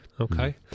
okay